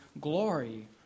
glory